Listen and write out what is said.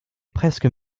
presque